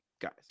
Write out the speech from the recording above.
guys